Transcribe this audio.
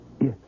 yes